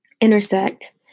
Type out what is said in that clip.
intersect